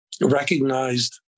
recognized